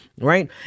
right